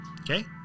Okay